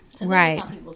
Right